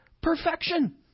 perfection